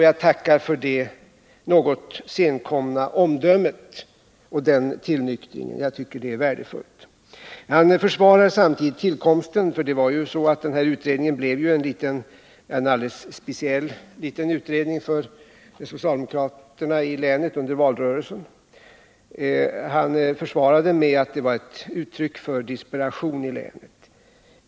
Jag tackar för detta något senkomna omdöme och denna tillnyktring — jag tycker det är värdefullt. Sven Lindberg försvarar samtidigt utredningen — den blev ju en alldeles speciell liten utredning för socialdemokraterna i länet under valrörelsen — med att den var ett uttryck för desperation i länet.